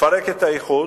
לפרק את האיחוד.